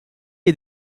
est